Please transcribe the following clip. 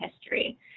history